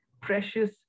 precious